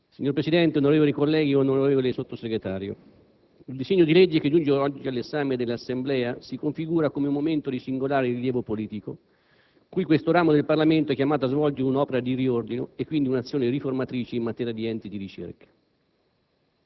Signor Presidente, onorevoli colleghi, onorevole Sottosegretario, il disegno di legge che giunge oggi all'esame dell'Assemblea si configura come un momento di singolare rilievo politico, in cui questo ramo del Parlamento è chiamato a svolgere un'opera di riordino, e quindi un'azione riformatrice in materia di enti di ricerca.